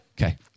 Okay